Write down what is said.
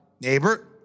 Neighbor